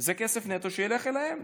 זה כסף נטו שילך אליהם.